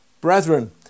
Brethren